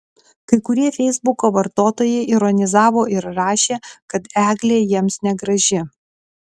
kai kurie feisbuko vartotojai ironizavo ir rašė kad eglė jiems negraži